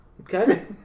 Okay